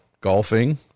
golfing